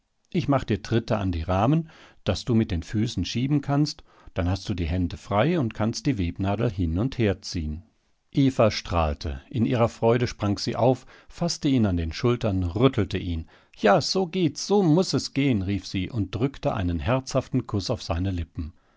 ich mach dir tritte an die rahmen daß du mit den füßen schieben kannst dann hast du die hände frei und kannst die webnadel hin und herziehen eva strahlte in ihrer freude sprang sie auf faßte ihn an den schultern rüttelte ihn ja so geht's so muß es gehen rief sie und drückte einen herzhaften kuß auf seine lippen